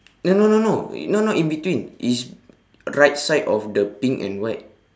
eh no no no not not in between it's right side of the pink and white